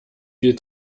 viel